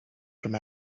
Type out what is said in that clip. from